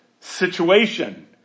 situation